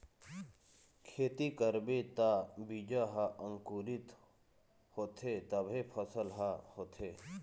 खेती करबे त बीजा ह अंकुरित होथे तभे फसल ह होथे